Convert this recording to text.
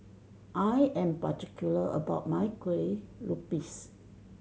I am particular about my Kueh Lupis